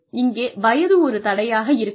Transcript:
இங்கே வயது ஒரு தடையாக இருக்காது